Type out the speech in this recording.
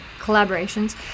collaborations